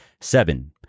Seven